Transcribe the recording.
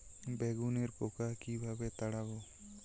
বেগুনের পোকা কিভাবে তাড়াব?